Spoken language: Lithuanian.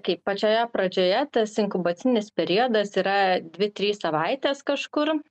kaip pačioje pradžioje tas inkubacinis periodas yra dvi trys savaitės kažkur